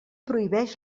prohibeix